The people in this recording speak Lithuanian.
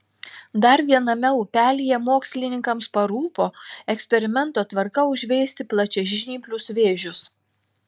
dar viename upelyje mokslininkams parūpo eksperimento tvarka užveisti plačiažnyplius vėžius